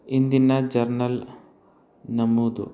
ಇಂದಿನ ಜರ್ನಲ್ ನಮೂದು